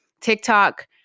TikTok